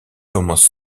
commence